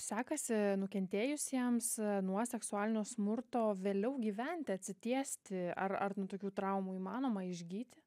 sekasi nukentėjusiems nuo seksualinio smurto vėliau gyventi atsitiesti ar ar nuo tokių traumų įmanoma išgyti